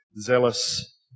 zealous